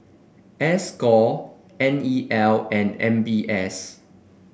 S core N E L and M B S